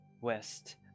west